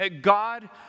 God